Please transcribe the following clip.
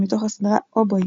מתוך הסדרה "Oboy".